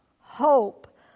hope